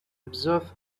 observe